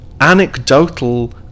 anecdotal